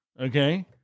Okay